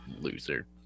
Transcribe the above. loser